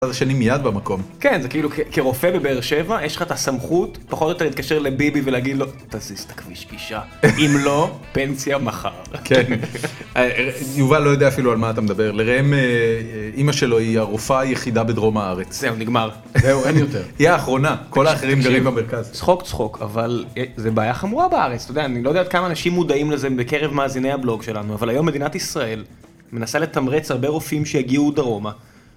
אני מייד במקום. כאילו כרופא בבאר שבע יש לך את הסמכות, פחות או יותר ,להתקשר לביבי ולהגיד לו תזיז את הכביש גישה אם לא - פנסיה מחר. יובל לא יודע אפילו על מה אתה מדבר. לראם, אמא שלו היא הרופא היחידה בדרום הארץ. זהו נגמר. אין יותר היא האחרונה כל האחרים גרים במרכז צחוק צחוק אבל זה בעיה חמורה בארץ אתה יודע אני לא יודע כמה אנשים מודעים לזה בקרב מאזיני הבלוג שלנו אבל היום מדינת ישראל מנסה לתמרץ הרבה רופאים שיגיעו דרומה.